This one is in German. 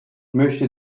möchte